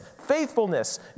faithfulness